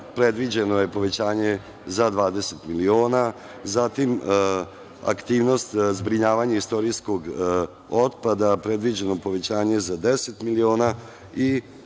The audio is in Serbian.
predviđeno je povećanje za 20 miliona, zatim aktivnost – zbrinjavanje istorijskog otpada, predviđeno povećanje za 10 miliona,